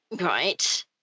Right